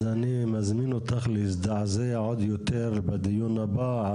אז אני מזמין אותך להזדעזע עוד יותר בדיון הבא,